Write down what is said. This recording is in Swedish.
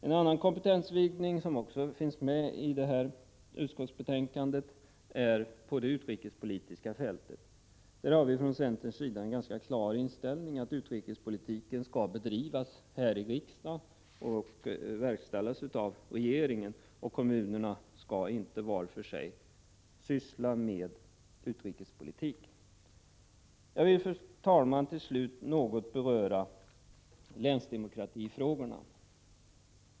En annan kompetensvidgning, som också finns med i utskottsbetänkandet, gäller det utrikespolitiska fältet. Där har vi från centerns sida en klar inställning. Utrikespolitiken skall bedrivas här i riksdagen och verkställas av regeringen. Kommunerna skall inte var för sig syssla med utrikespolitik. Jag vill, fru talman, till slut beröra länsdemokratifrågorna.